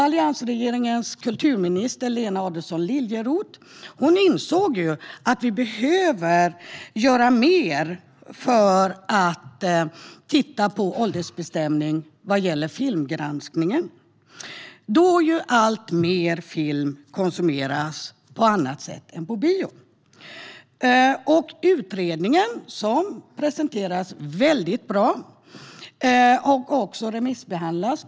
Alliansregeringens kulturminister Lena Adelsohn Liljeroth insåg att vi behöver göra mer vad gäller åldersbestämning vid filmgranskning då alltmer film konsumeras på andra ställen än på biografer. Utredningen, som presenteras väldigt bra, har remissbehandlats.